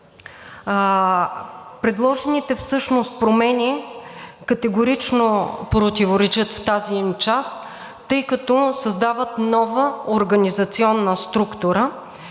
Предложените промени категорично противоречат в тази им част, тъй като създават нова организационна структура